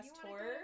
tour